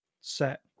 set